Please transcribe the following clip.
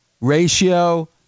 ratio